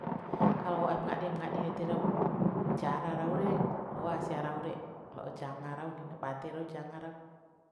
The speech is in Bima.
Kalo aim ngadi mngadi ede rau jara rau re loa sia rau re la'o janga rauni na bade rau janga rau